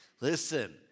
Listen